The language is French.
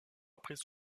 après